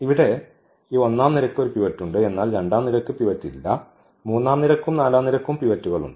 ഇവിടെ ഈ ഒന്നാം നിരയ്ക്ക് ഒരു പിവറ്റ് ഉണ്ട് എന്നാൽ ഈ രണ്ടാം നിരയ്ക്ക് ഇവിടെ ഒരു പിവറ്റ് ഇല്ല മൂന്നാം നിരക്കും നാലാം നിരക്കും പിവറ്റ് ഉണ്ട്